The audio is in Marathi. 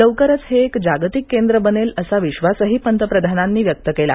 लवकरच हे एक जागतिक केंद्र बनेल असा विश्वासही पंतप्रधानांनी व्यक्त केला